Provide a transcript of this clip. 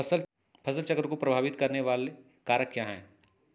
फसल चक्र को प्रभावित करने वाले कारक क्या है?